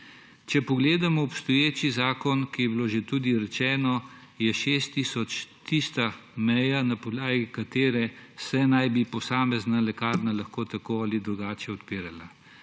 Če pogledamo obstoječi zakon, kar je bilo že tudi rečeno, je 6 tisoč tista meja, na podlagi katere se naj bi posamezna lekarna lahko tako ali drugače odpirala.